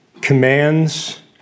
commands